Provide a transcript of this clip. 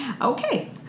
okay